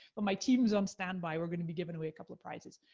but my team's on standby, we're gonna be giving away a couple of prizes.